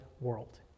world